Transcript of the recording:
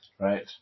Right